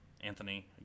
Anthony